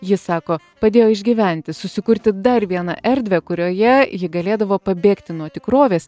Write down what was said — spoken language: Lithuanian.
ji sako padėjo išgyventi susikurti dar vieną erdvę kurioje ji galėdavo pabėgti nuo tikrovės